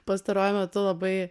pastaruoju metu labai